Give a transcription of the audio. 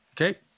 Okay